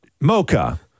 Mocha